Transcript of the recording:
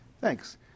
Thanks